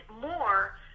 more